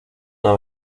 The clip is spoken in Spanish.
una